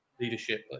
leadership